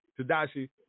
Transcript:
Tadashi